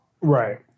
Right